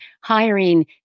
hiring